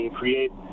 create